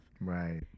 right